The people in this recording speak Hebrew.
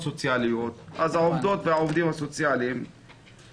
הסוציאליים הם נשים89%.